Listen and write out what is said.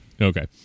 okay